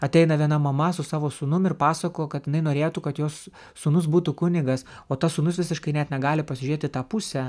ateina viena mama su savo sūnum ir pasako kad jinai norėtų kad jos sūnus būtų kunigas o tas sūnus visiškai net negali pasižiūrėt į tą pusę